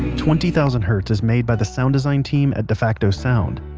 twenty thousand hertz is made by the sound design team at defacto sound.